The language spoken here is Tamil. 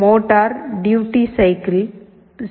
motor duty cycle 0